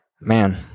man